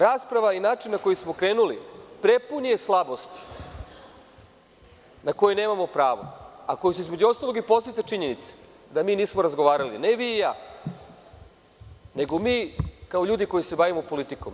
Rasprava i način na koji smo krenuli prepun je slabosti na koji nemamo pravo, a koji se, između ostalog, i podstiče činjenicom da mi nismo razgovarali, ne vi i ja, nego mi kao ljudi koji se bavimo politikom.